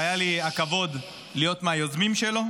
שהיה לי הכבוד להיות מהיוזמים שלו,